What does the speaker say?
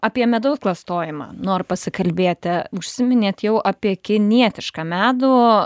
apie medaus klastojimą noriu pasikalbėti užsiminėt jau apie kinietišką medų